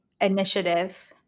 initiative